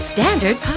Standard